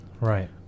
Right